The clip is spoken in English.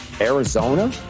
Arizona